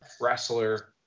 wrestler